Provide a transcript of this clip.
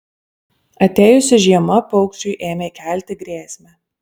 atėjusi žiema paukščiui ėmė kelti grėsmę